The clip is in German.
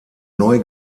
neu